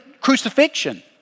crucifixion